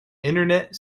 internet